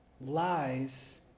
lies